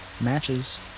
matches